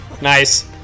nice